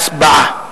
הצבעה.